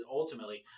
Ultimately